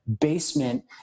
basement